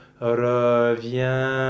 reviens